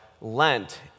Lent